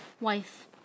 Wife